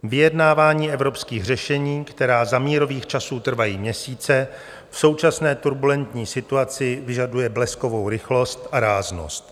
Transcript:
Vyjednávání evropských řešení, která za mírových časů trvají měsíce, v současné turbulentní situaci vyžadují bleskovou rychlost a ráznost.